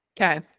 Okay